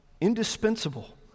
indispensable